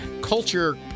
culture